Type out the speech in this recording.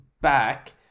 back